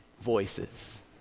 voices